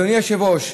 אדוני היושב-ראש,